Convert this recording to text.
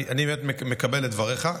אני מקבל את דבריך.